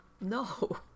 no